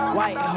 White